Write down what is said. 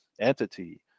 entity